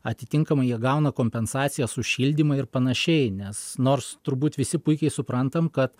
atitinkamai jie gauna kompensacijas už šildymą ir panašiai nes nors turbūt visi puikiai suprantam kad